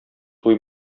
туй